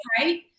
right